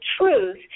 truth –